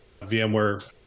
VMware